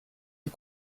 est